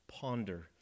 ponder